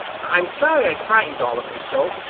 i'm sorry i frightened all of you so.